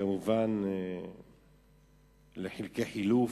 כמובן לחלקי חילוף,